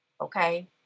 okay